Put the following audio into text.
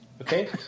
Okay